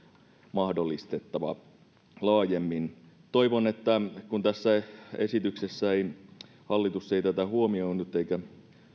mahdollistettava laajemmin kun tässä esityksessä hallitus ei tätä huomioinut eikä